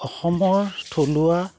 অসমৰ থলুৱা